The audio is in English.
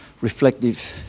reflective